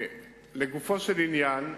לגופו של עניין,